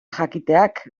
jakiteak